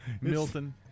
milton